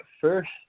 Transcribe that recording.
first